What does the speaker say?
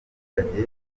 abaturage